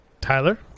Tyler